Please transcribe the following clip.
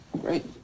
Great